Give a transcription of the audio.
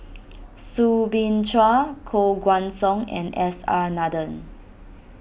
Soo Bin Chua Koh Guan Song and S R Nathan